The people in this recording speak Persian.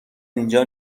اینجا